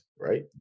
right